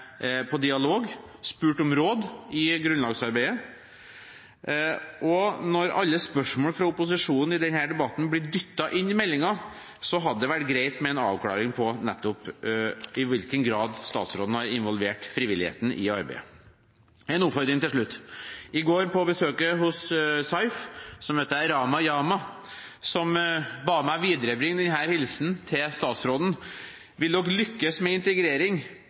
på dialog og spurt om råd i grunnlagsarbeidet? Og når alle spørsmål fra opposisjonen i denne debatten blir dyttet inn i meldingen, hadde det vært greit med en avklaring på nettopp i hvilken grad statsråden har involvert frivilligheten i arbeidet. En oppfordring til slutt: I går, under besøket hos Saiff, Sagene Internasjonale og Flerkulturelle Frivillighetssentral, møtte jeg Rama Jama, som ba meg viderebringe denne hilsenen til statsråden: Vil dere lykkes med integrering,